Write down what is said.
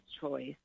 choice